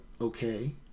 okay